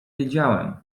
wiedziałem